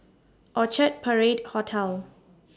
Orchard Parade Hotel